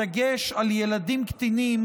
בדגש על ילדים קטינים,